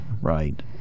Right